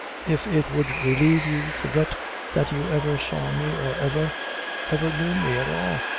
if it would relieve you, forget that you ever saw me, or ever ever knew me at all.